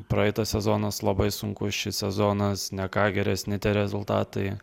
praeitas sezonas labai sunkus šis sezonas ne ką geresni tie rezultatai